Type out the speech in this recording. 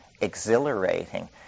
exhilarating